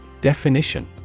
Definition